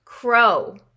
Crow